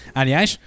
Aliás